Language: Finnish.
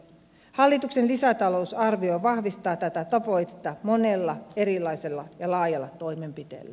hallituksen lisätalousarvio vahvistaa tätä tavoitetta monella erilaisella ja laajalla toimenpiteellä